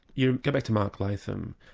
you go back to mark latham,